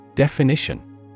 Definition